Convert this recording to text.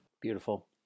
Beautiful